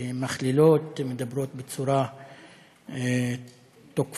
שמכלילות, מדברות בצורה תוקפנית.